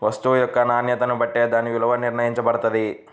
వస్తువు యొక్క నాణ్యతని బట్టే దాని విలువ నిర్ణయించబడతది